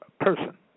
person